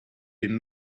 been